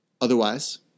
Otherwise